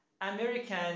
American